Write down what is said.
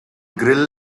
grill